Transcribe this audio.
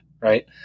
right